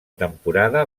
temporada